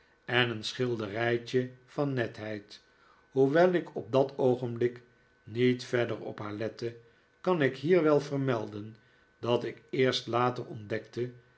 en een schilderijtje van netheid hoewel ik op dat oogenblik niet verder op haar lette kan ik hier wel vermelden wat ik eerst later ontdekte